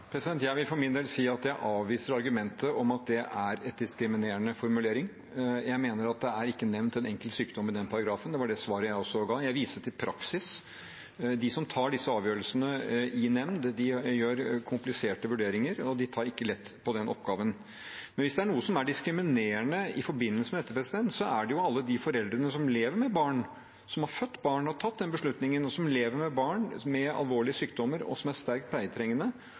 Jeg vil for min del si at jeg avviser argumentet om at dette er en diskriminerende formulering. Det er ikke nevnt en enkelt sykdom i den paragrafen, og det var det svaret jeg også ga. Jeg viste til praksis. De som tar disse avgjørelsene i nemnd, gjør kompliserte vurderinger, og de tar ikke lett på den oppgaven. Hvis det er noe som er diskriminerende i forbindelse med dette, gjelder det jo alle de foreldrene som lever med barn – som har født barn og tatt den beslutningen – med alvorlige sykdommer og som er sterkt pleietrengende,